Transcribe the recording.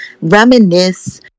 reminisce